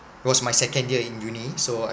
it was my second year in uni so I